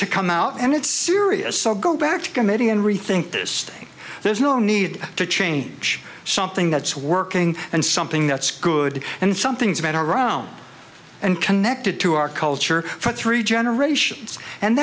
to come out and it's serious so go back to committee and rethink this there's no need to change something that's working and something that's good and something's been around and connected to our culture for three generations and